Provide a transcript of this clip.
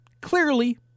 clearly